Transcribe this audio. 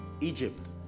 Egypt